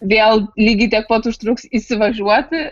vėl lygiai tiek pat užtruks įsivažiuoti